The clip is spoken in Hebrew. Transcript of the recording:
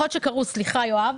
יכול להיות שקראו, סליחה יואב.